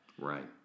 Right